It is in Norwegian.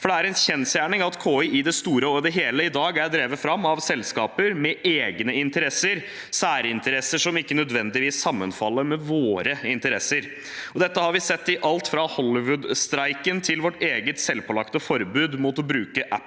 mark. Det er en kjensgjerning at KI i det store og hele i dag er drevet fram av selskaper med egne interesser – særinteresser som ikke nødvendigvis sammenfaller med våre interesser. Det har vi sett i alt fra Hollywood-streiken til vårt eget selvpålagte forbud mot å bruke appen